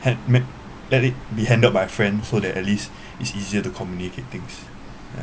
hand me~ let it be handled by friends so that at least is easier to communicate things